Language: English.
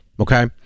Okay